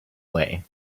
way